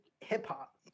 hip-hop